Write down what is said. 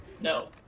No